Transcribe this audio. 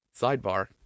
sidebar